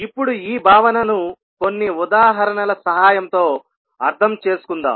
ఇప్పుడు ఈ భావనను కొన్ని ఉదాహరణల సహాయంతో అర్థం చేసుకుందాం